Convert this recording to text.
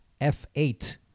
F8